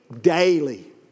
daily